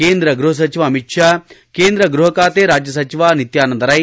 ಕೇಂದ್ರ ಗೃಹ ಸಚಿವ ಅಮಿತ್ ಷಾ ಕೇಂದ್ರ ಗೃಹ ಖಾತೆ ರಾಜ್ಯಸಚಿವ ನಿತ್ಯಾನಂದ ರೈ